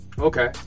okay